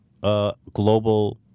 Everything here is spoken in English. global